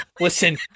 Listen